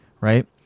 right